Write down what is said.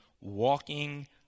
walking